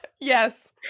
yes